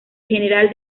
general